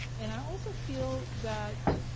and i also feel that